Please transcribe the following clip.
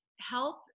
help